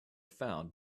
found